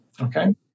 okay